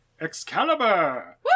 Excalibur